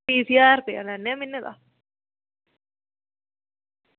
fees ज्हार रपेआ लैन्ने आं म्हीने दा